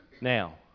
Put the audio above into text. Now